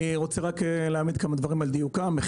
אני רוצה להעמיד כמה דברים על דיוקם.